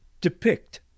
depict